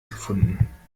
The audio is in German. gefunden